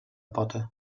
pota